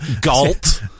Galt